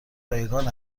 رایگان